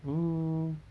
mm